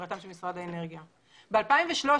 ב-2013,